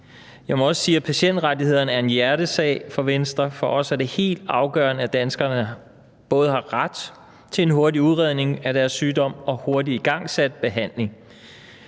Jeg må også sige, at patientrettighederne er en hjertesag for Venstre. For os er det helt afgørende, at danskerne både har ret til den hurtige udredning af deres sygdom og ret til hurtigt igangsat behandling.